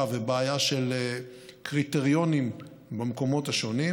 ובעיה של קריטריונים במקומות השונים,